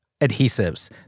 adhesives